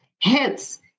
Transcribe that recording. Hence